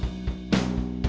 he